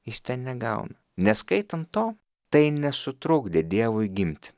jis negauna neskaitant to tai nesutrukdė dievui gimti